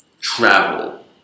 travel